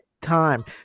time